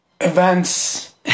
events